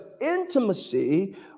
intimacy